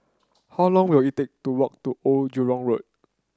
how long will it take to walk to Old Jurong Road